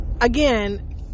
again